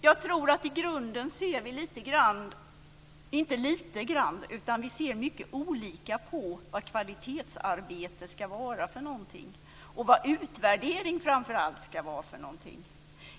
Jag tror att vi i grunden ser mycket olika på vad kvalitetsarbete och framför allt utvärdering ska vara för någonting.